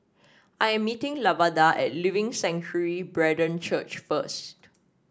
I am meeting Lavada at Living Sanctuary Brethren Church first